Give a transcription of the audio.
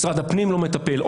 משרד הפנים לא מטפל.